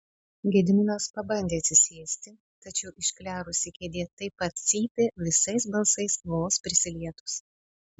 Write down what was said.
gediminas pabandė atsisėsti tačiau išklerusi kėdė taip pat cypė visais balsais vos prisilietus